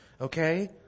Okay